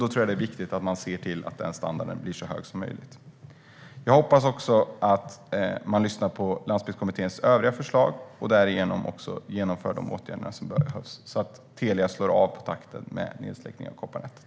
Jag tror att det är viktigt att man ser till att standarden blir så hög som möjligt. Jag hoppas också att man lyssnar på Landsbygdskommitténs övriga förslag och vidtar de åtgärder som behövs så att Telia slår av på takten i nedsläckningen av kopparnätet.